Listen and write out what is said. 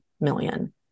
million